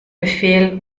befehl